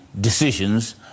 decisions